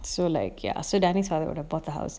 so like ya so danny father would have bought the house